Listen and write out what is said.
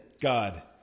God